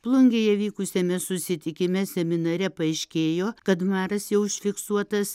plungėje vykusiame susitikime seminare paaiškėjo kad maras jau užfiksuotas